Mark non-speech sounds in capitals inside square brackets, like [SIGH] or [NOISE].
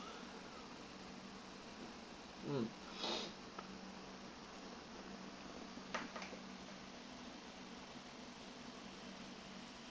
mm [NOISE]